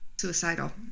suicidal